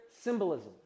symbolism